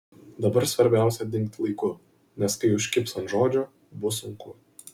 dabar svarbiausia dingt laiku nes kai užkibs ant žodžio bus sunku